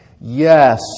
Yes